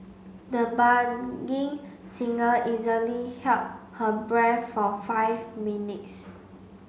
the singer easily held her breath for five minutes